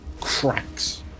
cracks